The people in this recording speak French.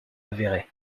avérée